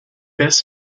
best